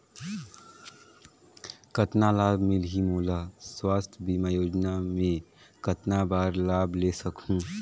कतना लाभ मिलही मोला? स्वास्थ बीमा योजना मे कतना बार लाभ ले सकहूँ?